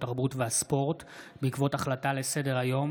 התרבות והספורט בעקבות הצעה לסדר-היום